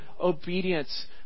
obedience